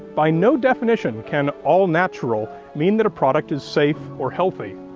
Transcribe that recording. by no definition can all natural mean that a product is safe or healthy.